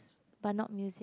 but not music